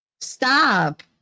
stop